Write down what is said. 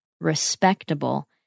respectable